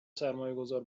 سرمایهگذار